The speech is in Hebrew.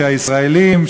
הישראלים,